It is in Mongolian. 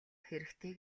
хэрэгтэй